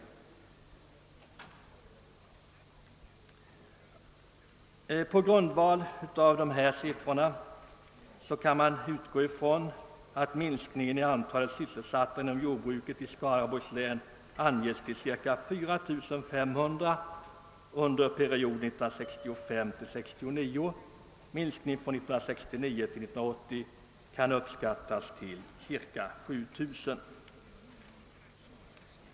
På grundval av dessa siffror kan man utgå ifrån att minskningen i antalet sysselsatta inom jordbruket i Skaraborgs län anges till 4500 under perioden 1965—1969. Minskningen från 1969 till 1980 kan uppskattas till ca 7000.